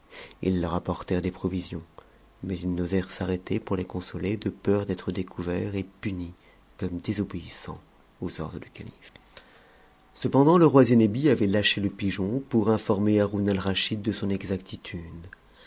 us leur apportèrent des provisions mais ils n'osèrent s'arrêter pour les consoler de peur d'être découverts et punis comme désobéissant aux ordres du calife cependant le roi zinebi avait tâché le pigeon pour informer haroun alraschid de son exactitude